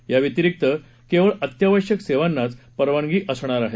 याव्यतिरिक्त केवळ अत्यावश्यक सेवांनाच परवानगी असणार आहे